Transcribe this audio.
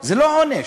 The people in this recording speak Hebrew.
זה לא עונש.